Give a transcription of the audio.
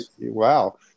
wow